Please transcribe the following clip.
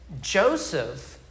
Joseph